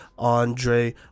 Andre